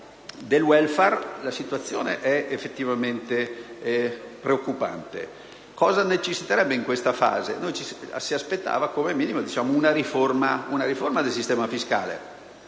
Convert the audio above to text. del *welfare*. La situazione è effettivamente preoccupante. Che cosa occorrerebbe in questa fase? Ci aspettavamo come minimo una riforma del sistema fiscale: